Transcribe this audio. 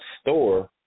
store